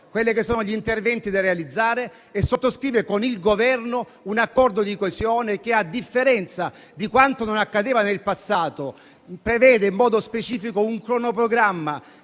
che propone gli interventi da realizzare e sottoscrive con il Governo un accordo di coesione che - a differenza di quanto accadeva nel passato - prevede in modo specifico un cronoprogramma